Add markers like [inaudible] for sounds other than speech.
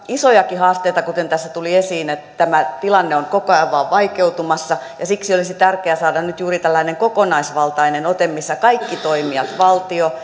isojakin haasteita kuten tässä tuli esiin tämä tilanne on koko ajan vain vaikeutumassa ja siksi olisi tärkeää saada nyt juuri tällainen kokonaisvaltainen ote missä kaikki toimijat valtio [unintelligible]